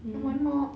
mm